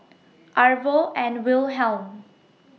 Arvo and Wilhelm